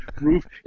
roof